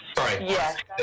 Yes